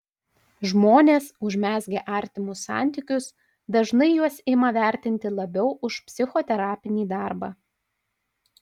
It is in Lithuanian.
žmonės užmezgę artimus santykius dažnai juos ima vertinti labiau už psichoterapinį darbą